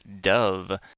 Dove